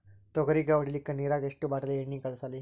ತೊಗರಿಗ ಹೊಡಿಲಿಕ್ಕಿ ನಿರಾಗ ಎಷ್ಟ ಬಾಟಲಿ ಎಣ್ಣಿ ಕಳಸಲಿ?